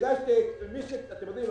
אתם יודעים,